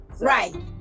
Right